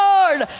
Lord